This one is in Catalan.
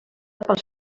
pels